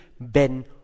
Ben